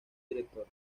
director